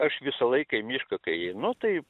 aš visą laiką į mišką kai einu tai